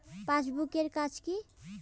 Passbook এর কাজ কি?